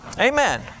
Amen